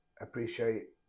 appreciate